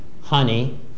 honey